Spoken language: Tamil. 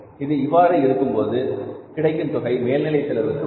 இது இவ்வாறு இருக்கும் போது கிடைக்கும் தொகை மேல்நிலை செலவுக்கு வரும்